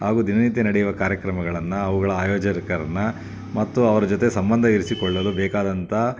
ಹಾಗೂ ದಿನನಿತ್ಯ ನಡೆಯುವ ಕಾರ್ಯಕ್ರಮಗಳನ್ನು ಅವುಗಳ ಆಯೋಜಕರನ್ನ ಮತ್ತು ಅವ್ರ ಜೊತೆ ಸಂಬಂಧ ಇರಿಸಿಕೊಳ್ಳಲು ಬೇಕಾದಂತಹ